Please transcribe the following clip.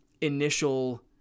initial